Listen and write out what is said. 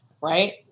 right